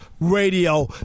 Radio